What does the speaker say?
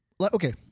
Okay